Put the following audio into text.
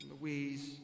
Louise